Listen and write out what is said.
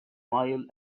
mile